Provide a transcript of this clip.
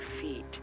feet